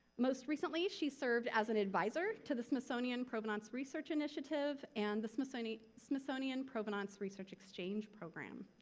most recently, she served as an advisor to the smithsonian provenance research initiative and the smithsonian smithsonian provenance research exchange program.